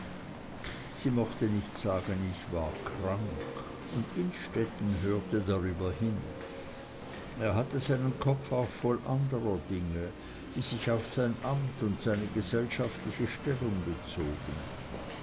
sie mochte nicht sagen ich war krank und innstetten hörte drüber hin er hatte seinen kopf auch voll anderer dinge die sich auf sein amt und seine gesellschaftliche stellung bezogen